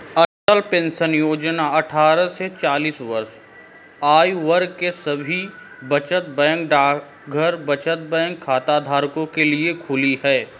अटल pension Yojana अट्ठारह से चालीस वर्ष आयु वर्ग के सभी बचत बैंक डाकघर बचत बैंक खाताधारकों के लिए खुली है